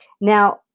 Now